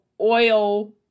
oil